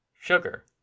Sugar